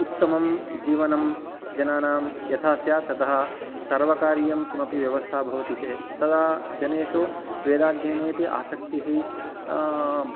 उत्तमं जीवनं जनानांं यथा स्यात् तथा सर्वकारीयं किमपि व्यवस्था भवति चेत् तदा जनेषु वेदाध्ययनेपि आसक्तिः